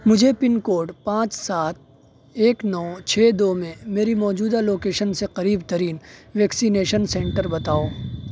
مجھے pin code پانچ سات ایک نو چھ دو میں میری موجودہ لوکیشن سے قریب ترین ویکسینیشن سنٹر بتاؤ